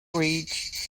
reached